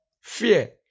fear